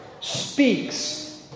speaks